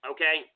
Okay